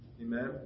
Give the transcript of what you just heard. Amen